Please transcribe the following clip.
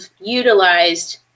utilized